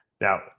Now